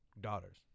daughters